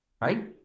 right